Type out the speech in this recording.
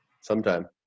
Sometime